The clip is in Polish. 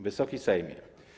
Wysoki Sejmie!